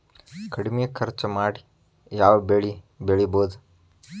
ಕಡಮಿ ಖರ್ಚ ಮಾಡಿ ಯಾವ್ ಬೆಳಿ ಬೆಳಿಬೋದ್?